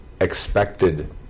expected